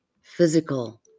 physical